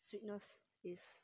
sweetness is